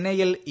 ചെന്നെയിൽ E